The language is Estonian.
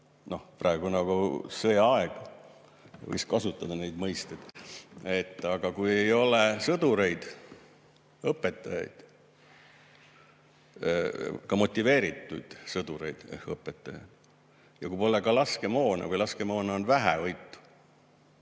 Praegu on nagu sõjaaeg, võiks kasutada neid mõisteid. Aga kui ei ole sõdureid, õpetajaid, pole motiveeritud sõdureid ehk õpetajaid ja kui pole ka laskemoona või laskemoona on vähevõitu?